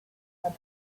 had